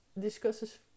discusses